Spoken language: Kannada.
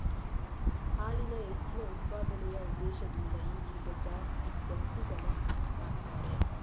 ಹಾಲಿನ ಹೆಚ್ಚಿನ ಉತ್ಪಾದನೆಯ ಉದ್ದೇಶದಿಂದ ಈಗೀಗ ಜಾಸ್ತಿ ಜರ್ಸಿ ದನ ಸಾಕ್ತಾರೆ